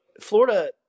Florida